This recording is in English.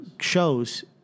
shows